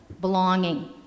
belonging